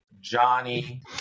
Johnny